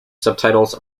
subtitles